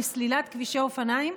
לסלילת כבישי אופניים.